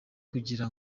kugira